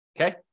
Okay